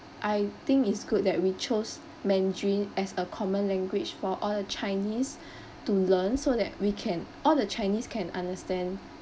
I think it's good that we chose mandarin as a common language for all the chinese to learn so that we can all the chinese can understand